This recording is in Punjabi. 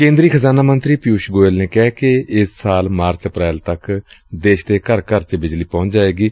ਕੇਂਦਰੀ ਖਜ਼ਾਨਾ ਮੰਤਰੀ ਪਿਉਸ਼ ਗੋਇਲ ਨੇ ਕਿਹੈ ਕਿ ਇਸ ਸਾਲ ਮਾਰਚ ਅਪ੍ਰੈਲ ਤੱਕ ਦੇਸ਼ ਦੇ ਘਰ ਘਰ ਚ ਬਿਜਲੀ ਪਹੁੰਚ ਜਾਏਗੀ